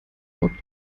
hockt